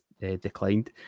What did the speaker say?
declined